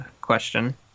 question